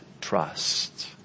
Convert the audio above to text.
trust